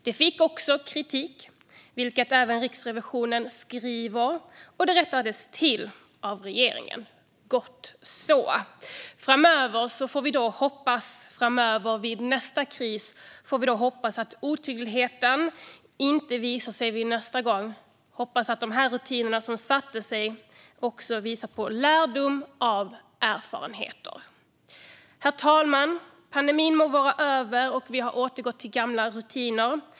Det kom också kritik mot detta, vilket även Riksrevisionen skriver, och det rättades till av regeringen - gott så. Framöver, vid nästa kris, får vi hoppas att otydligheten inte visar sig igen och att de rutiner som satte sig visar på lärdom av erfarenheter. Herr talman! Pandemin må vara över, och vi har återgått till gamla rutiner.